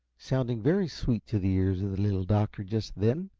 sounding very sweet to the ears of the little doctor just then.